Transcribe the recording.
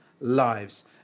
lives